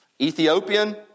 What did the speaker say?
Ethiopian